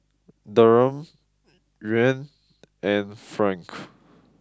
Dirham Yuan and franc